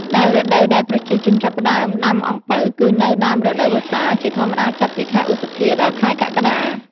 ដោយរដូវដែលប្រជាជនចាប់ផ្តើមដាំអំពៅគឺនៅ ដើមរដូវវស្សា ជាធម្មតាចាប់ពី ខែឧសភា ដល់ខែកក្កដា។